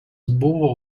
buvo